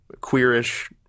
queerish